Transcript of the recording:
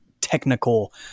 technical